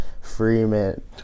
Freeman